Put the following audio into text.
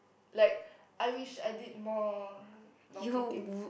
like I wished I did more naughty things